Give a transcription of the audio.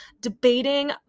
debating